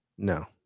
no